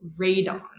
radon